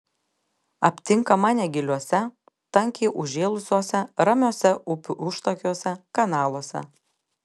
aptinkama negiliuose tankiai užžėlusiuose ramiuose upių užtakiuose kanaluose